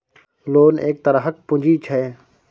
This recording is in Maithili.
लोन एक तरहक पुंजी छै